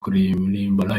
kuririmba